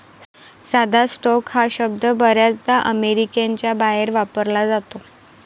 साधा स्टॉक हा शब्द बर्याचदा अमेरिकेच्या बाहेर वापरला जातो